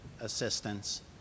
assistance